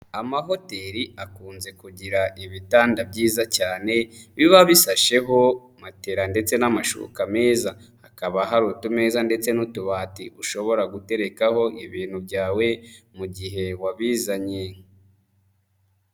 Amahoteli akunze kugira ibitanda byiza cyane biba bisasheho matera ndetse n'amashuka meza, hakaba hari utumeza ndetse n'utubati ushobora guterekaho ibintu byawe mu gihe wabizanye.